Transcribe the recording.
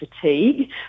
fatigue